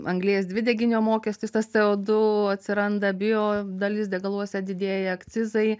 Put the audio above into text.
anglies dvideginio mokestis tas co du atsiranda bio dalis degaluose didėja akcizai